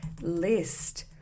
list